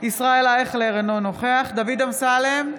ישראל אייכלר, אינו נוכח דוד אמסלם,